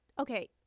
Okay